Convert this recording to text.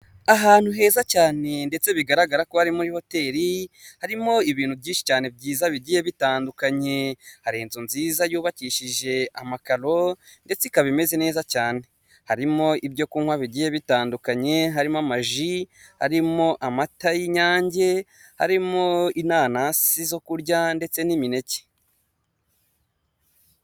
Ahantu heza cyane ndetse bigaragara ko bari muri hoteri, harimo ibintu byinshi cyane byiza bigiye bitandukanye, hari inzu nziza yubakishije amakaro ndetse ikaba imeze neza cyane, harimo ibyo kunywa bigiye bitandukanye, harimo amaji, harimo amata y'inyange, hari mo inanasi zo kurya ndetse n'imineke.